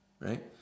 right